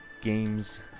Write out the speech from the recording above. games